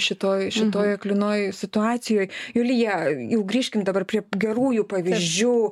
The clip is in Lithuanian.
šitoj šitoj aklinoj situacijoj julija jau grįžkim dabar prie gerųjų pavyzdžių